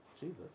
Jesus